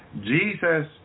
jesus